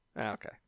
Okay